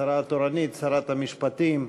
השרה התורנית, שרת המשפטים,